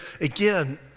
again